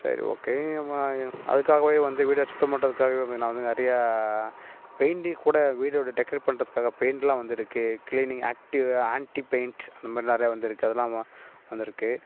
சரி ஓகே நம்ம அதுக்காகவே வந்து வீடை சுத்தம் பண்ணுறதுக்காகவே நான் வந்து நிறையா பெயிண்டிங் கூட வீடோட டெக்ரேட் பண்ணுறத்துக்காக பெயிண்ட் எல்லாம் வந்து இருக்கு கிளீனிங் ஆக்ட்டிவ் ஆன்ட்டி பெயிண்ட்ஸ் அந்தமாதிரிலாம் நிறைய வந்து இருக்கு அதெலாம் வா வந்து இருக்கு